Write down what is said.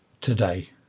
today